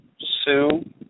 Sue